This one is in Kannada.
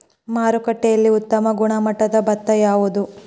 ಮಾರುಕಟ್ಟೆಯಲ್ಲಿ ಉತ್ತಮ ಗುಣಮಟ್ಟದ ಭತ್ತ ಯಾವುದು?